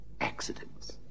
accidents